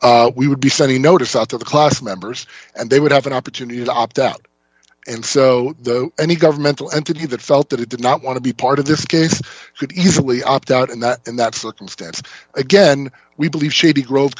be we would be sunny notice out of the class members and they would have an opportunity to opt out and so any governmental entity that felt that it did not want to be part of this case could easily opt out and in that circumstance again we believe shady gro